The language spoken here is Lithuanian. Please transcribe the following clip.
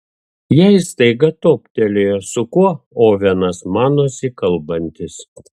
jai staiga toptelėjo su kuo ovenas manosi kalbantis